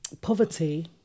poverty